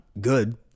good